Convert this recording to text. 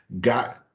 got